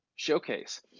Showcase